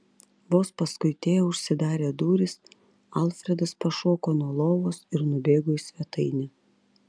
vos paskui teo užsidarė durys alfredas pašoko nuo lovos ir nubėgo į svetainę